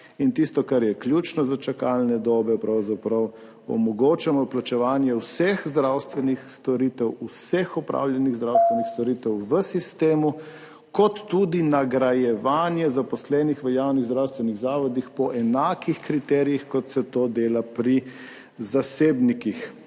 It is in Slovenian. In tisto, kar je ključno za čakalne dobe, pravzaprav omogočamo plačevanje vseh zdravstvenih storitev, vseh opravljenih zdravstvenih storitev v sistemu kot tudi nagrajevanje zaposlenih v javnih zdravstvenih zavodih po enakih kriterijih kot se to dela pri zasebnikih.